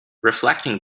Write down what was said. reflecting